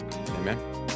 Amen